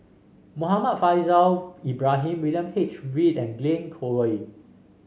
Muhammad Faishal Ibrahim William H Read and Glen Goei